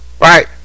Right